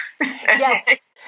Yes